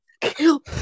Kill